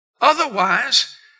Otherwise